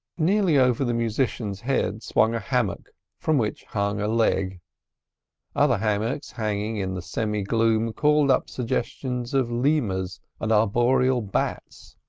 nearly over the musician's head swung a hammock from which hung a leg other hammocks hanging in the semi-gloom called up suggestions of lemurs and arboreal bats.